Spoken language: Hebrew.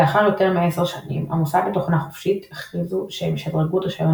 לאחר יותר מעשר שנים המוסד לתוכנה חופשית הכריזו שהם ישדרגו את רישיון